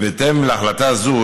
ובהתאם להחלטה זו,